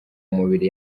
mubiri